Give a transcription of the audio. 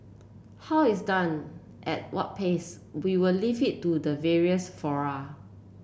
how it's done at what pace we will leave it to the various fora